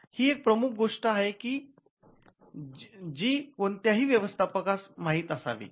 ही एक प्रमुख गोष्ट आहे जी कोणत्या ही व्यवस्थापकास माहित असावी